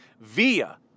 via